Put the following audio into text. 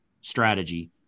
strategy